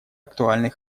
актуальный